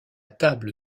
table